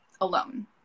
alone